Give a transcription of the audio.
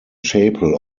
chapel